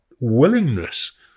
willingness